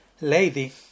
lady